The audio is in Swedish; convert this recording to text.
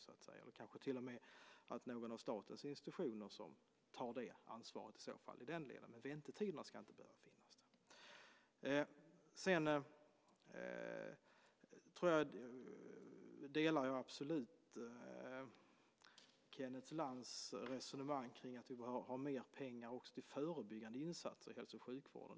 Kanske är det till och med någon av statens institutioner som tar det ansvaret. Men några väntetider ska det alltså inte behöva finnas. Jag instämmer absolut i Kenneth Lantz resonemang om att det behövs mer pengar också till förebyggande insatser i hälso och sjukvården.